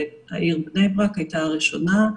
העיר בני-ברק הייתה הראשונה,